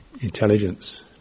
intelligence